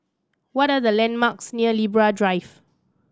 what are the landmarks near Libra Drive